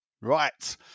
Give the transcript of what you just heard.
Right